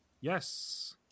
yes